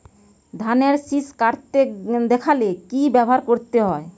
ধানের শিষ কাটতে দেখালে কি ব্যবহার করতে হয়?